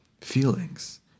feelings